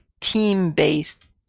team-based